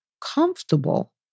comfortable